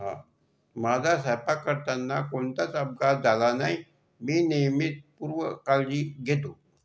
हा माझा स्वयपाक करताना कोणताच अपघात झाला नाही मी नेहमी पूर्व काळजी घेतो